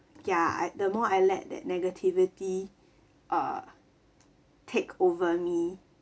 ya I the more I let that negativity uh takeover me